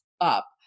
up